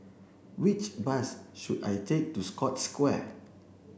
which bus should I take to Scotts Square